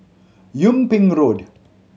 Yung Ping Road